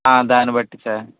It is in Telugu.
ఆ దాన్ని బట్టి సార్